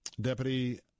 Deputy